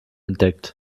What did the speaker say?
entdeckt